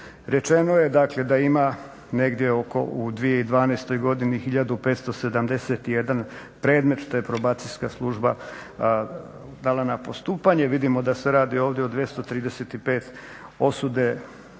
Rečeno je dakle da ima negdje oko u 2012. godini 1571 predmet što je Probacijska služba dala na postupanje. Vidimo da se radi ovdje o 235 osuda,